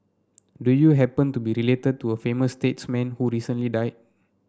do you happen to be related to a famous statesman who recently died